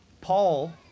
Paul